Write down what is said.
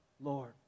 Lord